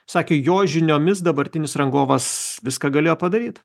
sakė jo žiniomis dabartinis rangovas viską galėjo padaryt